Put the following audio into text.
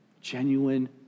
genuine